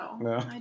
no